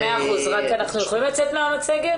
מאה אחוז, רק אנחנו יכולים לצאת מהמצגת.